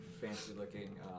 fancy-looking